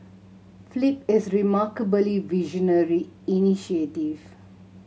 flip is remarkably visionary initiative